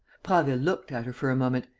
prasville looked at her for a moment,